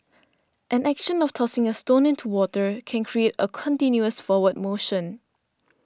an action of tossing a stone into water can create a continuous forward motion